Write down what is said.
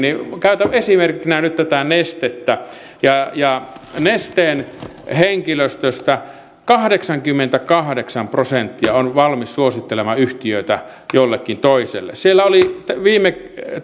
käytän esimerkkinä nyt tätä nestettä nesteen henkilöstöstä kahdeksankymmentäkahdeksan prosenttia on valmis suosittelemaan yhtiötä jollekin toiselle siellä oli